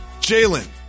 Jalen